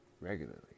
regularly